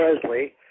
Presley